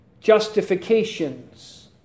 Justifications